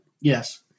Yes